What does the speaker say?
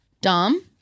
Dom